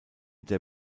der